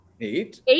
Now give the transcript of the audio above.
Eight